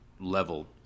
level